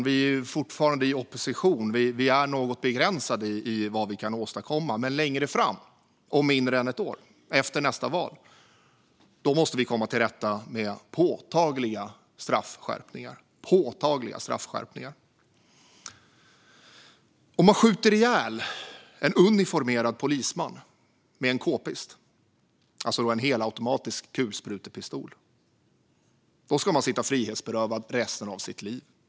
Vi är fortfarande i opposition och är något begränsade i vad vi kan åstadkomma, men längre fram, om mindre än ett år, efter nästa val, måste vi få till påtagliga straffskärpningar. Om man skjuter ihjäl en uniformerad polisman med en k-pist, alltså en helautomatisk kulsprutepistol, ska man sitta frihetsberövad resten av sitt liv.